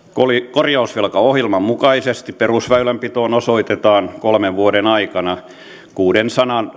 kor jausvelkaohjelman mukaisesti perusväylänpitoon osoitetaan kolmen vuoden aikana kuudensadan